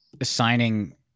assigning